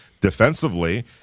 defensively